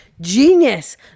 Genius